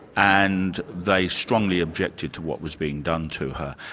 and they strongly objected to what was being done to her.